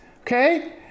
okay